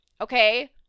Okay